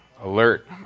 alert